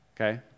Okay